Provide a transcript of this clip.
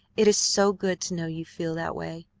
it is so good to know you feel that way!